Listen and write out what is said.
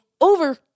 over